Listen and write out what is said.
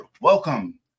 welcome